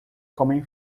comem